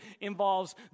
involves